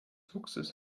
fuchses